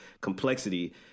complexity